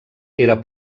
era